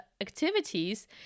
activities